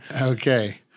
Okay